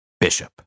Bishop